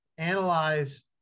analyze